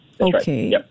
Okay